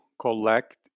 collect